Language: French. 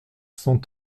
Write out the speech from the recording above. cent